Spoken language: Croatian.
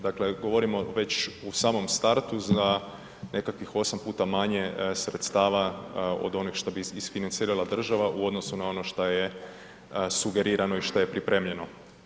Dakle, govorimo već u samom startu za nekakvih 8 puta manje sredstava od onih što isfinancirala država u odnosu na ono što je sugerirano i što je pripremljeno.